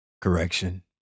correction